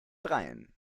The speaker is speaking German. dreien